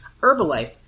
herbalife